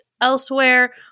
elsewhere